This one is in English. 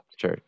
Sure